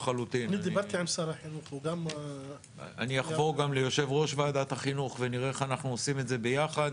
אני אחבור גם ליושב ראש ועדת החינוך ונראה איך אנחנו עושים את זה ביחד.